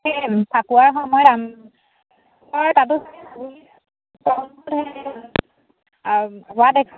আমি ফাকুৱাৰ সময়ত তাতো চাগৈ হোৱা দেখা